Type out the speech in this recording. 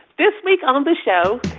this week on the show,